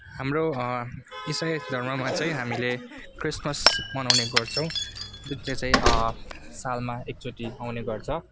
हाम्रो इसाई धर्ममा चाहिँ हामीले क्रिसमस मनाउने गर्छौँ अब त्यो चाहिँ सालमा एकचोटि आउने गर्छ